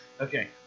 okay